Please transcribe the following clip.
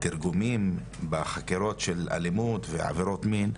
תרגומים בחקירות של אלימות ועבירות מין,